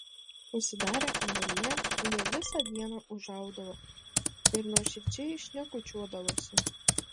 užsidarę kambaryje jie visą dieną ūžaudavo ir nuoširdžiai šnekučiuodavosi